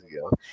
ago